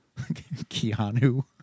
Keanu